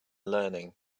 learning